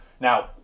Now